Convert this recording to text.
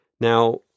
Now